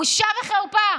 בושה וחרפה.